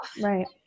Right